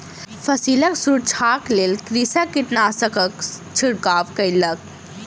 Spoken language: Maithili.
फसिलक सुरक्षाक लेल कृषक कीटनाशकक छिड़काव कयलक